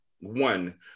One